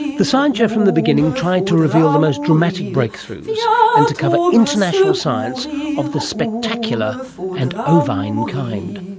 the science show from the beginning tried to reveal the most dramatic breakthroughs and to cover international science of the spectacular and ovine kind.